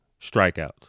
strikeouts